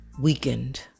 weakened